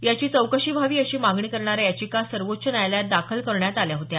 याची चौकशी व्हावी अशी मागणी करणाऱ्या याचिका सर्वोच्च न्यायालयात दाखल करण्यात आल्या होत्या